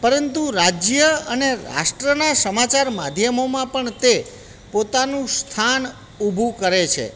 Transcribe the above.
પરંતુ રાજ્ય અને રાષ્ટ્રના સમાચાર માધ્યમોમાં પણ તે પોતાનું સ્થાન ઊભું કરે છે